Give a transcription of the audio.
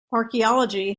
archaeology